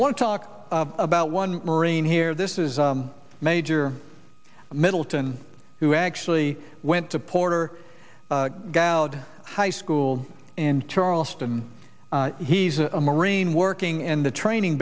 want to talk about one marine here this is a major middleton who actually went to puerto high school in charleston he's a marine working in the training